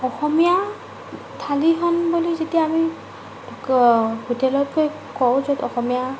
অসমীয়া থালীখন বুলি যেতিয়া আমি হোটেলত গৈ কওঁ য'ত অসমীয়া